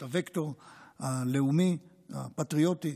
את הווקטור הלאומי הפטריוטי,